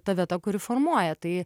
ta vieta kuri formuoja tai